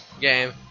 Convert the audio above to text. game